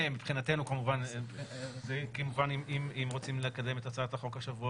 כמובן אם רוצים לקדם את הצעת החוק השבוע